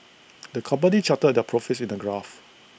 the company charted their profits in A graph